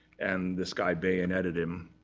and this guy bayoneted him.